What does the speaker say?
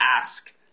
ask